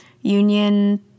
union